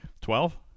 twelve